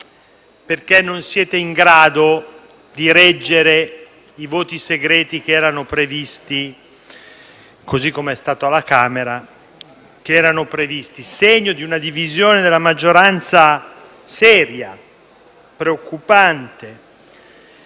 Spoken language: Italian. perché non siete in grado di reggere i voti segreti che erano previsti, così com'è stato alla Camera: segno di una divisione della maggioranza seria, preoccupante.